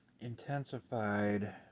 intensified